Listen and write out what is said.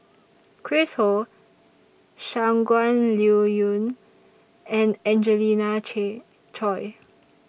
Chris Ho Shangguan Liuyun and Angelina Choy